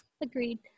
Agreed